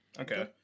Okay